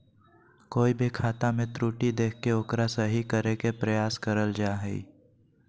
कोय भी खाता मे त्रुटि देख के ओकरा सही करे के प्रयास करल जा हय